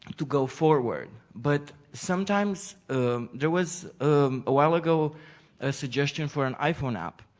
to go forward, but sometimes there was awhile ago a suggestion for an iphone app.